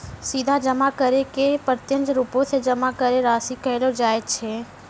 सीधा जमा करै के प्रत्यक्ष रुपो से जमा राशि कहलो जाय छै